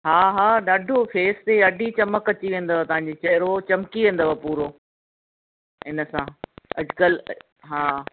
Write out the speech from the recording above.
हा हा ॾाढो फ़ेस ते ॾाढी चिमक अची वेंदव तव्हांजी चेहरो चिमकी वेंदव पूरो इन सां अॼकल्ह हा